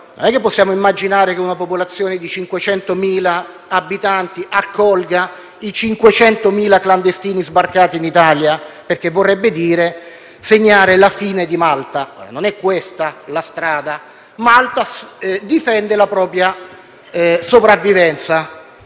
non possiamo immaginare che una popolazione di 500.000 abitanti accolga i 500.000 clandestini sbarcati in Italia, perché ciò vorrebbe dire segnare la fine di Malta. Non è questa la strada. Malta difende la propria sopravvivenza,